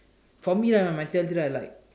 for me right my theory right like